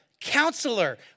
Counselor